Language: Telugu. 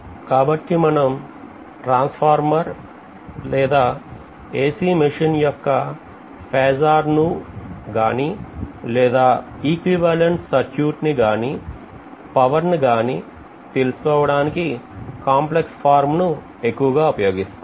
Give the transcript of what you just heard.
కాబట్టి మనం ట్రాన్స్ఫార్మర్ లేదా AC మెషిన్ యొక్క ఫేజార్ ను గాని లేదా ఈక్వివలెంట్ సర్క్యూట్ గాని పవర్ ని గాని తెలుసుకోవడానికి కాంప్లెక్స్ ను ఎక్కువగా ఉపయోగిస్తాం